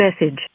message